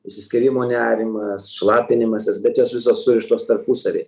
išsiskyrimo nerimas šlapinimasis bet jos visos surištos tarpusavy